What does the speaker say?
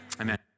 Amen